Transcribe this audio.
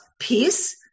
peace